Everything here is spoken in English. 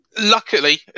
luckily